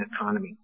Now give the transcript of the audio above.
economy